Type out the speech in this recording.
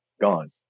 gone